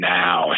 now